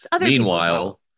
Meanwhile